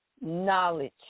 knowledge